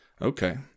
Okay